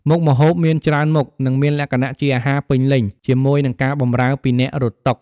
មុខម្ហូបមានច្រើនមុខ និងមានលក្ខណៈជាអាហារពេញលេញ ជាមួយនឹងការបម្រើពីអ្នករត់តុ។